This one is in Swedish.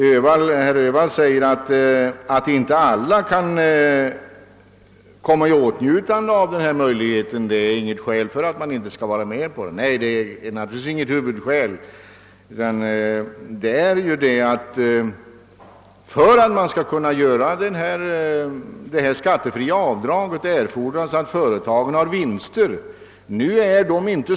Herr Öhvall säger att det förhållandet att inte alla kan komma i åtnjutande av denna möjlighet inte är något skäl för att inte godta den. Naturligtvis är det inte något huvudskäl, utan det är att det för att man skall kunna göra denna skattefria avsättning erfordras att företagen har vinster.